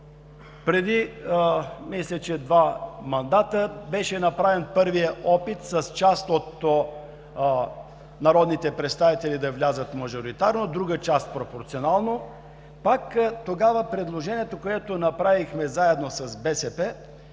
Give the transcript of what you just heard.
преди два мандата беше направен първият опит част от народните представители да влязат мажоритарно, друга част пропорционално. Пак тогава предложението, което направихме заедно с БСП,